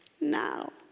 now